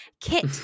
kit